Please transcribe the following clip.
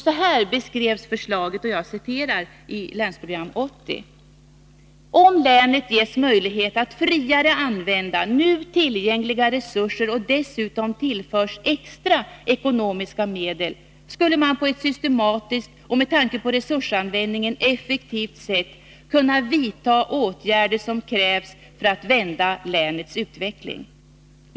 Så här beskrevs förslaget i Länsprogram 80: ”Om länet ges möjlighet att friare använda nu tillgängliga resurser och dessutom tillförs extra ekonomiska medel, skulle man på ett systematiskt och med tanke på resursanvändningen effektivt sätt, kunna vidta åtgärder som krävs för att vända länets utveckling.